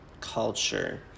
culture